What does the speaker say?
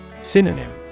Synonym